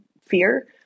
fear